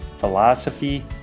philosophy